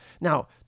Now